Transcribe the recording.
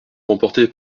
remporté